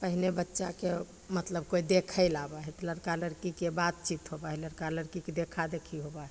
पहिले बच्चाके मतलब कोइ देखैले आबै हइ तऽ लड़का लड़कीके बातचीत होबै हइ लड़का लड़कीके देखा देखी होबै हइ